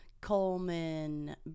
Coleman